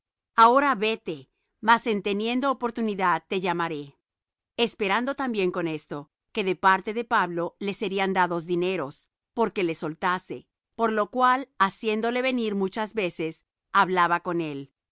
ahora vete mas en teniendo oportunidad te llmaré esperando también con esto que de parte de pablo le serían dados dineros porque le soltase por lo cual haciéndole venir muchas veces hablaba con él